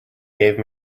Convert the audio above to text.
gave